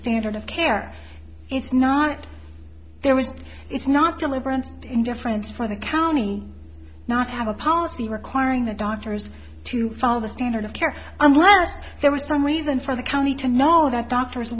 standard of care it's not there was it's not deliberate indifference for the county not have a policy requiring the doctors to follow the standard of care unless there was some reason for the county to know that doctors